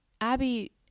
Abby